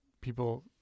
people